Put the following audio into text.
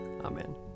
Amen